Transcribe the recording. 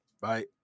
Bye